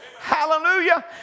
Hallelujah